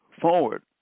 forward